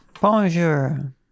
Bonjour